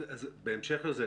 בהמשך לזה.